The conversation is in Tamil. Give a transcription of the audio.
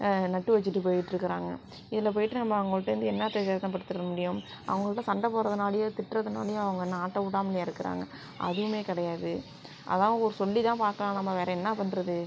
நட்டு வெச்சுட்டு போய்ட்ருக்கறாங்க இதில் போய்ட்டு நம்ம அவங்கள்ட்டேந்து என்னாத்தை கேட்க படுத்துற முடியும் அவங்கட்டலாம் சண்டை போடுறதுனாலையோ திட்டுறதுனாலையோ அவங்க என்ன ஆட்டை உடாமலேயா இருக்கிறாங்க அதுவும் கிடையாது அதான் ஒரு சொல்லி தான் பார்க்கலாம் நம்ம வேற என்ன பண்ணுறது